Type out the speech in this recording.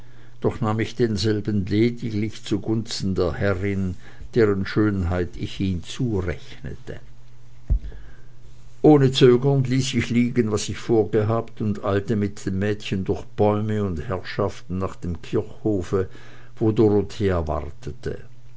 doch nahm ich denselben lediglich zugunsten der herrin deren schönheit ich ihn zurechnete ohne zögern ließ ich liegen was ich vorgehabt und eilte mit dem mädchen durch bäume und herrschaften nach dem kirchhofe wo dorothea wartete